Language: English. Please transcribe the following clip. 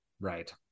Right